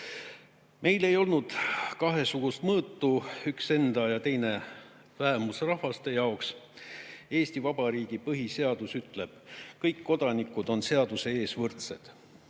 Meil ei olnud kahesugust mõõtu, üks enda ja teine vähemusrahvaste jaoks. Eesti Vabariigi põhiseadus ütleb: "Kõik kodanikud on seaduse ees võrdsed."